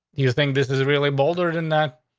do you think this is really bolder than that?